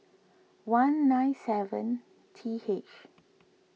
one nine seven T H